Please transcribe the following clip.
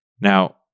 Now